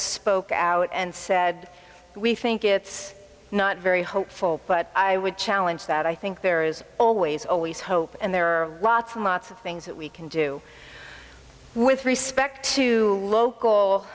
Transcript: spoke out and said we think it's not very hopeful but i would challenge that i think there is always always hope and there are lots and lots of things that we can do with respect to